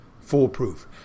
foolproof